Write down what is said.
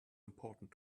important